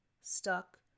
stuck